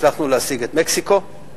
הצלחנו להשיג את מקסיקו,